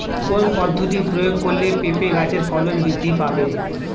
কোন পদ্ধতি প্রয়োগ করলে পেঁপে গাছের ফলন বৃদ্ধি পাবে?